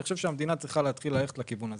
אני חושב שהמדינה צריכה להתחיל ללכת לכיוון הזה.